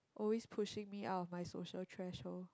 always pushing me out of my social threshold